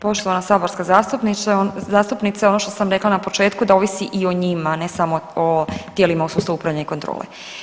Poštovana saborska zastupnice ono što sam rekla na početku da ovisi i o njima, a ne samo o tijelima u sustavu upravljanja i kontrole.